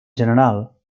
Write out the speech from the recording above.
general